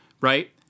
right